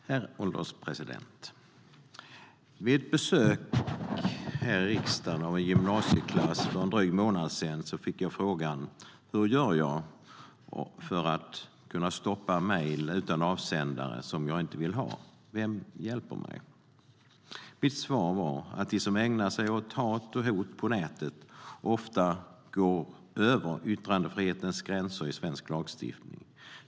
Herr ålderspresident! Vid ett besök i riksdagen av en gymnasieklass för en dryg månad sedan fick jag frågan: Hur gör jag för att stoppa mejl utan avsändare som jag inte vill ha? Vem hjälper mig? Mitt svar var att de som ägnar sig åt hat och hot på nätet ofta går över yttrandefrihetens gränser i svensk lagstiftning.